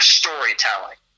storytelling